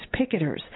picketers